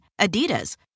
Adidas